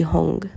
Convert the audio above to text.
Hong